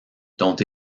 dont